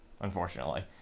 unfortunately